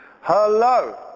Hello